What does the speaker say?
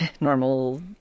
normal